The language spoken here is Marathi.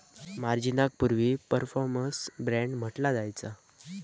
मार्जिनाक पूर्वी परफॉर्मन्स बाँड म्हटला जायचा